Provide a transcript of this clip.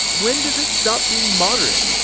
when does it stop being moderate?